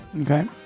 Okay